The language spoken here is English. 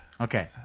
Okay